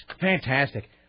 Fantastic